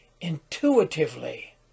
intuitively